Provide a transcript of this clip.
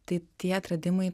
tai tie atradimai